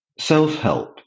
Self-help